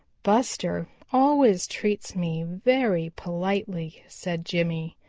buster always treats me very politely, said jimmy.